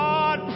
God